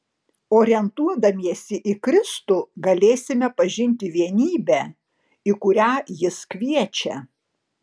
orientuodamiesi į kristų galėsime pažinti vienybę į kurią jis kviečia